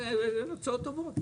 שבאמת הם לא קיבלו את ההחלטה על זה.